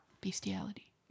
bestiality